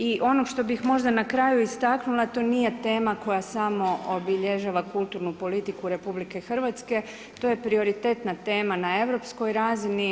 I ono što bih možda na kraju istaknula, to nije tema koja samo obilježava kulturnu politiku RH, to je prioritetna tema na europskoj razini.